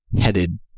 headed